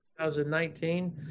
2019